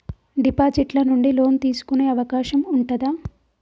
Deposit ల నుండి loan తీసుకునే అవకాశం ఉంటదా?